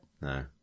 No